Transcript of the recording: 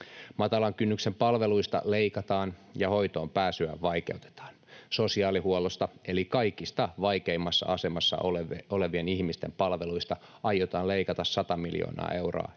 Matalan kynnyksen palveluista leikataan ja hoitoonpääsyä vaikeutetaan. Sosiaalihuollosta, eli kaikista vaikeimmassa asemassa olevien ihmisten palveluista, aiotaan leikata 100 miljoonaa euroa